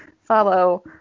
follow